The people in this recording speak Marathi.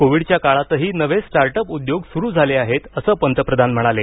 कोविडच्या काळातही नवे स्टार्टअप उद्योग सुरू झाले आहेत असं पंतप्रधान म्हणाले